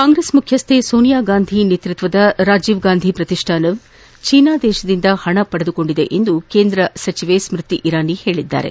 ಕಾಂಗ್ರೆಸ್ ಮುಖ್ಯಸ್ಥೆ ಸೋನಿಯಾ ಗಾಂಧಿ ನೇತ್ಬತ್ವದ ರಾಜೀವ್ ಗಾಂಧಿ ಪ್ರತಿಷ್ಣಾನವು ಚೀನಾದಿಂದ ಹಣವನ್ನು ಪಡೆದಿದೆ ಎಂದು ಕೇಂದ್ರ ಸಚಿವ ಸ್ಮೃತಿ ಇರಾನಿ ಹೇಳಿದ್ದಾರೆ